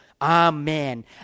Amen